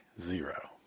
zero